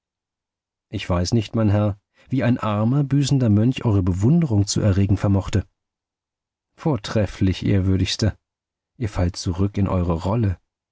ich weiß nicht mein herr wie ein armer büßender mönch eure bewunderung zu erregen vermochte vortrefflich ehrwürdigster ihr fallt zurück in eure rolle